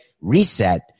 reset